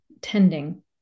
tending